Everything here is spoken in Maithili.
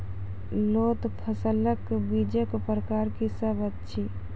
लोत फसलक बीजक प्रकार की सब अछि?